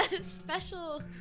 Special